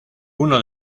uno